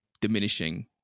diminishing